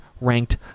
ranked